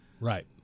Right